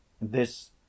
This